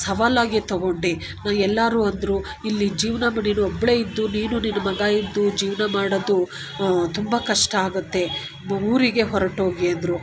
ಸವಾಲಾಗಿ ತಗೊಂಡೆ ಎಲ್ಲರೂ ಅಂದರು ಇಲ್ಲಿ ಜೀವನಾ ನೀನು ಒಬ್ಬಳೆ ಇದ್ದು ನೀನು ನಿನ್ನ ಮಗ ಇದ್ದು ಜೀವನ ಮಾಡೋದು ತುಂಬ ಕಷ್ಟ ಆಗುತ್ತೆ ಊರಿಗೆ ಹೋರ್ಟು ಹೋಗಿ ಅಂದರು